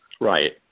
Right